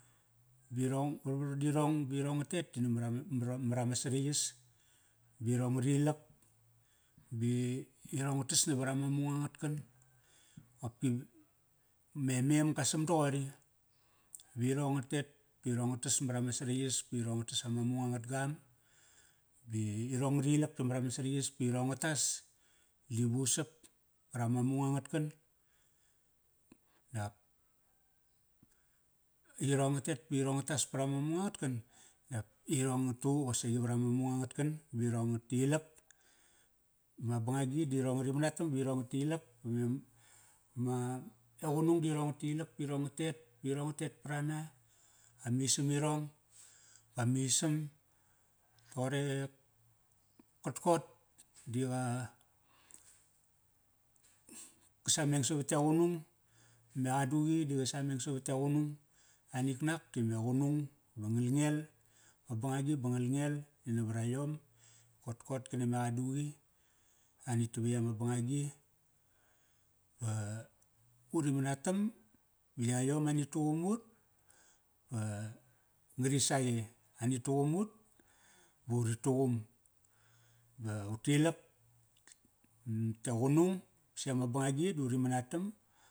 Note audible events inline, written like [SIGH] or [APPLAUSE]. Ba irong varvar dirong ba irong nga tet di namarama, mra, marama saraiyas. Ba irong ngari ilak. Ba i, irong nga tas navarama mung angat kan. Opki me mem qa sam doqori virong nga tet ba irong nga tas marama saraiyas. Ba i, irong nga rilak di marama saraiyas. Ba irong nga tas di vusap. Parama mung angat kan, dap irong nga tet pirong nga tas parama mung angat kan dap irong nga tu qosaqi varama mung angat kan. Ba irong nga tilak. Ma bangagi da irong ngari manatam ba irong nga tilak [HESITATION] ma, e qunung da irong nga tilak pa irong nga tet, ba irong nga tet prana. A misam irong, ba misam. Topqor e kotkot di qa, ka sameng savat e qunung. Me qaduqi di qa sameng savat e qunung. Anik nak dime qunung ba ngal ngel. Ma bangagi ba ngal ngel di navara yom. Kotkot kana me qaduqi ani tavatk ama bangagi. Ba, uri manatam ba yayom ani tuqum ut, ba ngari saqe. Ani tuqum ut ba uri tuqum. Ba utilak [HESITATION] vat e qunung, si ama bangagi da uri manatam.